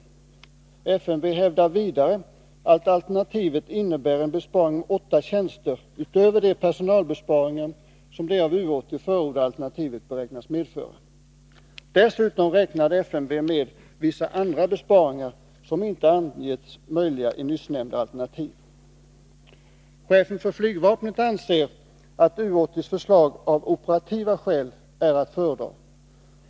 FMV hävdar vidare att 7 Riksdagens protokoll 1982/83:150-151 alternativet innebär en besparing om åtta tjänster, utöver de personalbesparingar som det av U 80 förordade alternativet beräknas medföra. Dessutom räknar FMV med vissa andra besparingar som inte ansetts möjliga i nyssnämnda alternativ. Chefen för flygvapnet anser att U 80:s förslag av operativa skäl är att föredra.